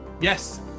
Yes